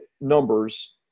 numbers